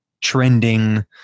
trending